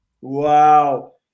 Wow